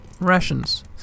Rations